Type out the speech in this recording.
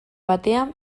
batean